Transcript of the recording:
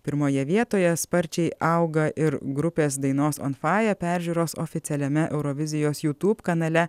pirmoje vietoje sparčiai auga ir grupės dainos on fire peržiūros oficialiame eurovizijos youtube kanale